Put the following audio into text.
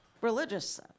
religious